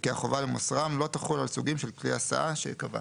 וכי החובה למוסרם לא תחול על סוגים של כלי הסעה שקבע.